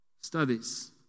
studies